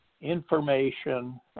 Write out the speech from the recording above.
information